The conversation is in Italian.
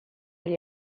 gli